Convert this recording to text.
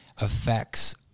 affects